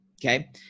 Okay